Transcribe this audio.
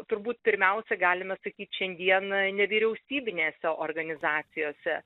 turbūt pirmiausia galime sakyt šiandien nevyriausybinėse organizacijose